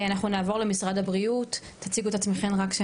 אנחנו נעבור למשרד הבריאות, תציגו את עצמכן.